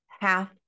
half